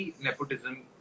nepotism